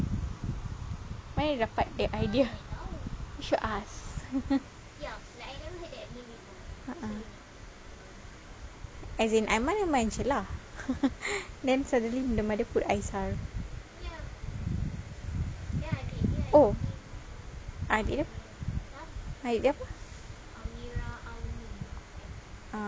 mana dia dapat that idea you should ask a'ah as in aiman aiman jer lah then suddenly the mother put aisar oh adik dia adik dia apa